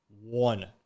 one